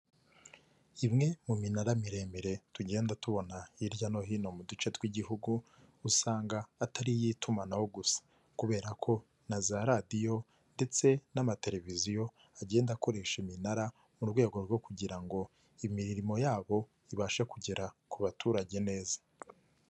Imwe mu minara miremire tugenda tubona hirya no hino mu duce tw'igihugu, usanga atari iy'itumanaho gusa kubera ko na za radiyo ndetse n'amatereviziyo agenda akoresha iminara, mu rwego rwo kugira ngo imirimo yabo ibashe kugera ku baturage neza.